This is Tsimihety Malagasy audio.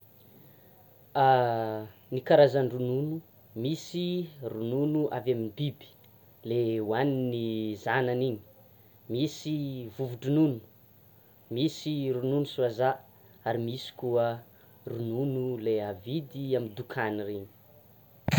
Ny kazan-dronono, misy ny ronono avy amin'ny biby le hoanin'ny zanany iny; misy vovo-dronono; misy ronono soja; ary misy koa ronono le avidy amin'ny dokany reny.